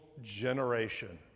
generation